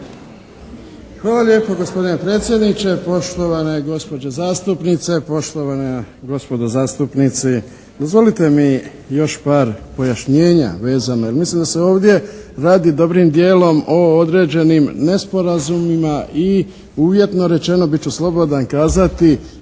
Hvala lijepa gospodine predsjedniče, poštovane gospođe zastupnice, poštovana gospodo zastupnici. Dozvolite mi još par pojašnjenja vezano jer mislim da se ovdje radi dobrim dijelom o određenim nesporazumima i uvjetno rečeno bit ću slobodan kazati